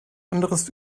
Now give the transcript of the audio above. anderes